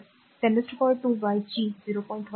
तर 2 by G 0